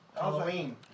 Halloween